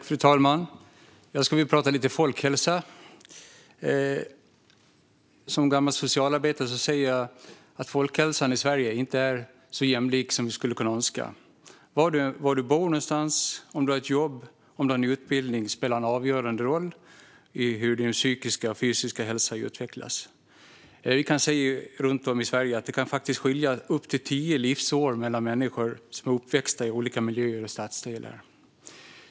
Fru talman! Jag vill prata lite folkhälsa. Som gammal socialarbetare ser jag att folkhälsan i Sverige inte är så jämlik som vi skulle kunna önska. Var du bor någonstans, om du har ett jobb och om du har en utbildning spelar en avgörande roll för hur din psykiska och fysiska hälsa utvecklas. Runt om i Sverige kan det faktiskt skilja upp till tio livsår mellan människor som vuxit upp i olika miljöer och stadsdelar.